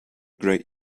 great